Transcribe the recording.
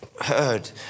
heard